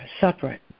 separate